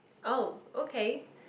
oh okay